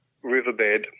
riverbed